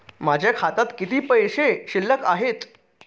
माझ्या खात्यात किती पैसे शिल्लक आहेत?